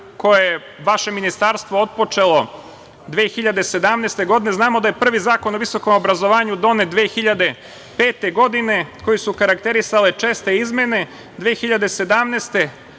koju je vaše ministarstvo otpočelo 2017. godine. Znamo da je prvi Zakon o visokom obrazovanju donet 2005. godine, koji su karakterisale česte izmene. Godine